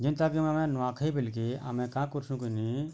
ଯେନ୍ତା କି ଆମେ ନୂଆଖାଇ ବୋଲି କି ଆମେ କା କର୍ସୁଁ କିନି